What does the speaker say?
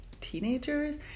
teenagers